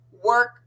Work